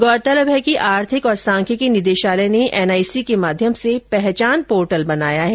गौरतलब है कि आर्थिक और सांख्यिकी निदेशालय ने एनआईसी के माध्यम से पहचान पोर्टल बनवाया है